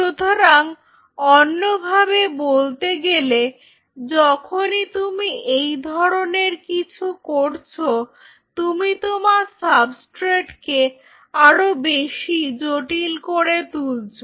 সুতরাং অন্যভাবে বলতে গেলে যখনই তুমি এই ধরনের কিছু করছো তুমি তোমার সাবস্ট্রেটকে আরো বেশি জটিল করে তুলছো